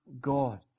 God